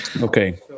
okay